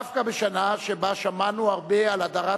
דווקא בשנה שבה שמענו הרבה על הדרת